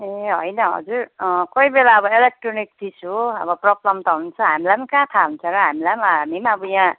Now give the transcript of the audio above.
ए होइन हजुर कोही बेला अब इलेक्ट्रोनिक चिज हो अब प्रोब्लम त हुन्छ हामीलाई पनि कहाँ थाहा हुन्छ र हामीलाई पनि हामी पनि अब यहाँ